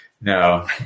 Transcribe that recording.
no